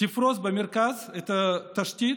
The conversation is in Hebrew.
תפרוס במרכז את התשתית,